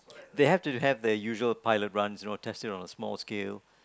they have to have the usual pilot runs you know test it on a small scale